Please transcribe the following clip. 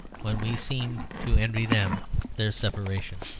when we seem to envy them their separation.